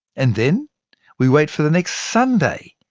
and then we wait for the next sunday,